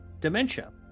dementia